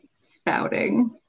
spouting